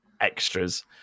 extras